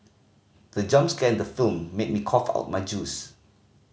the jump scare in the film made me cough out my juice